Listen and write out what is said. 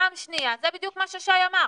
פעם שנייה, זה בדיוק מה ששי אמר,